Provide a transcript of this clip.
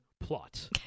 plot